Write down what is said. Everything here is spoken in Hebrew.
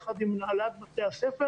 יחד עם הנהלת בתי הספר,